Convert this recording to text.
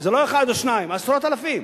וזה לא אחד או שניים, עשרות אלפים.